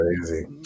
crazy